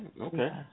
okay